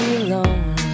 alone